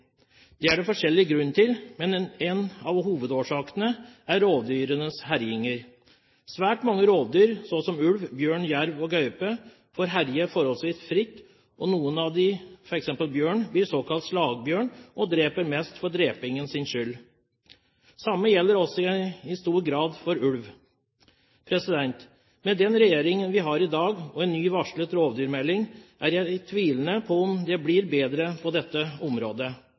Det er det forskjellige grunner til, men en av hovedårsakene er rovdyrenes herjinger. Svært mange rovdyr, som ulv, bjørn, jerv og gaupe, får herje forholdsvis fritt, og f.eks. noen av bjørnene blir såkalte slagbjørner og dreper mest for drepingens skyld. Det samme gjelder også i stor grad for ulv. Med den regjeringen vi har i dag og en ny varslet rovdyrmelding, er jeg tvilende til om det blir bedre på dette området.